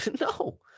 No